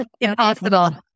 impossible